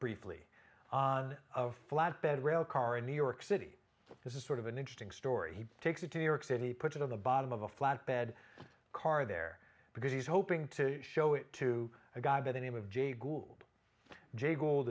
briefly on of flatbed railcar in new york city this is sort of an interesting story he takes it to new york city put it on the bottom of a flatbed car there because he's hoping to show it to a guy by the name of jay gould